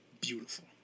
beautiful